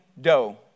Doe